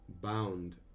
bound